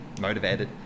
motivated